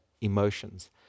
emotions